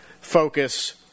focus